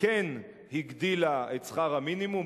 כן הגדילה את שכר המינימום.